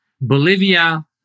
Bolivia